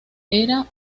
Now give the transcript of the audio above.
era